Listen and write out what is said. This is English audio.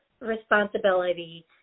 responsibility